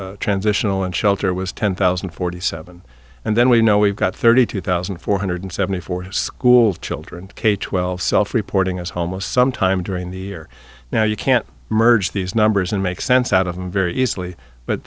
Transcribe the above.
other transitional and shelter was ten thousand and forty seven and then we know we've got thirty two thousand four hundred seventy four school children k twelve self reporting as homo sometime during the year now you can't murder these numbers and make sense out of them very easily but